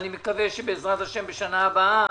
אני מקווה שבעזרת השם בשנה הבאה